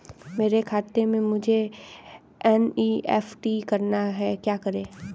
मेरे खाते से मुझे एन.ई.एफ.टी करना है क्या करें?